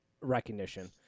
recognition